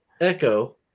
Echo